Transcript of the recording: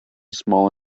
small